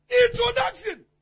Introduction